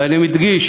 ואני מדגיש,